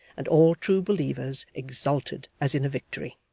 and all true believers exulted as in a victory.